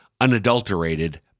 unadulterated